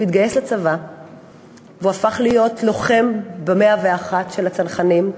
הוא התגייס לצבא והוא הפך להיות לוחם ב-101 של הצנחנים,